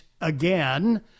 again